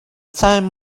time